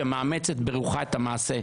שמאמצת ברוחה את המעשה,